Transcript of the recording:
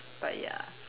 but ya